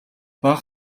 бага